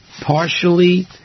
partially